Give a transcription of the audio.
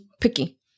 picky